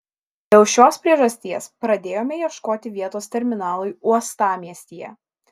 dėl šios priežasties pradėjome ieškoti vietos terminalui uostamiestyje